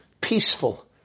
peaceful